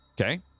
Okay